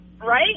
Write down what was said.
Right